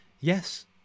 Yes